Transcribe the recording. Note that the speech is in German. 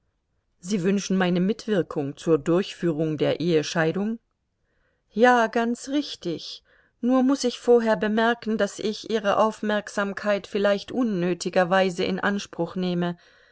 sie wünschen meine mitwirkung zur durchführung der ehescheidung ja ganz richtig nur muß ich vorher bemerken daß ich ihre aufmerksamkeit vielleicht unnötigerweise in anspruch nehme